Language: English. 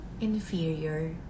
inferior